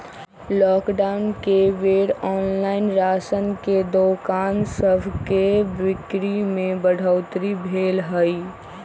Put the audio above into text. lockdown के बेर online राशन के दोकान सभके बिक्री में बढ़ोतरी भेल हइ